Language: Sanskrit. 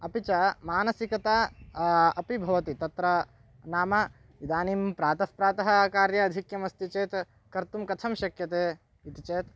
अपि च मानसिकता अपि भवति तत्र नाम इदानीं प्रातः प्रातः कार्याधिक्यमस्ति चेत् कर्तुं कथं शक्यते इति चेत्